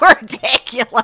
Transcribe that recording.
ridiculous